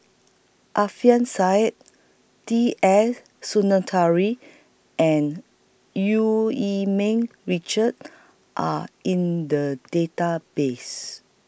Alfian Sa'at T S Sinnathuray and EU Yee Ming Richard Are in The Database